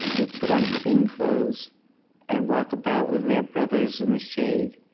would put on clean clothes and walk about with their brothers in the shade,